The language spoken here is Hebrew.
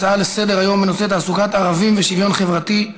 הצעה לסדר-היום בנושא: תעסוקת ערבים ושוויון חברתי,